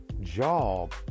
job